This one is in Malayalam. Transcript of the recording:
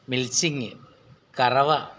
മിൽച്ചിങ്ങ് കറവ